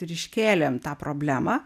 ir iškėlėm tą problemą